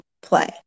play